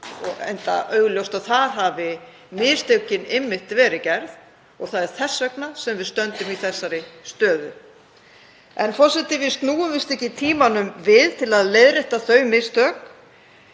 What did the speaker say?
það er augljóst að þar hafi mistökin verið gerð og það er þess vegna sem við stöndum í þessari stöðu. Forseti. Við snúum víst ekki tímanum við til að leiðrétta þau mistök